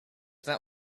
that